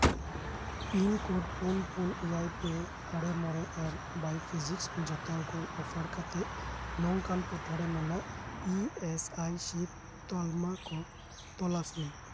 pin code ᱯᱳᱱ ᱯᱳᱱ ᱮᱭᱟᱭ ᱯᱮ ᱟᱨᱮ ᱢᱚᱬᱮ ᱟᱨ ᱵᱟᱭᱳᱯᱷᱤᱡᱤᱠᱥ ᱠᱚ ᱚᱷᱟᱨ ᱠᱟᱛᱮᱫ ᱱᱚᱝᱠᱟᱱ ᱴᱚᱴᱷᱟᱨᱮ ᱢᱮᱱᱟᱜ ᱤ ᱮᱥ ᱟᱭ ᱥᱤ ᱛᱟᱞᱢᱟ ᱠᱚ ᱛᱚᱞᱟᱥ ᱢᱮ